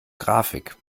grafik